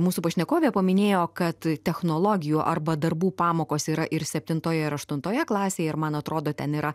mūsų pašnekovė paminėjo kad technologijų arba darbų pamokos yra ir septintoje ir aštuntoje klasėje ir man atrodo ten yra